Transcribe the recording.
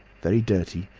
very dirty,